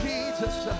Jesus